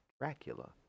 Dracula